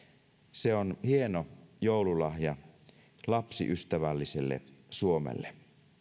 se on hieno joululahja lapsiystävälliselle suomelle